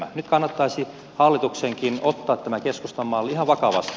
nyt kannattaisi hallituksenkin ottaa tämä keskustan malli ihan vakavasti